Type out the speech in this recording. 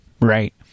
Right